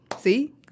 see